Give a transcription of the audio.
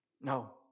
No